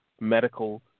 medical